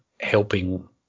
helping